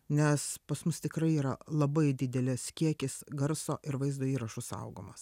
nes pas mus tikrai yra labai didelis kiekis garso ir vaizdo įrašų saugomas